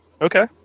Okay